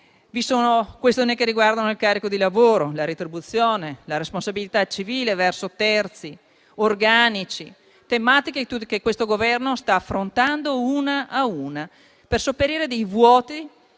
Vi sono questioni che riguardano il carico di lavoro, la retribuzione, la responsabilità civile verso terzi, organici, tematiche che questo Governo sta affrontando una ad una per sopperire a vuoti